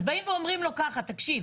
אז באים ואומרים לו ככה 'תקשיב,